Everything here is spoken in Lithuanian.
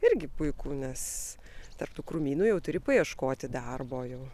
irgi puiku nes tarp tų krūmynų jau turi paieškoti darbo jau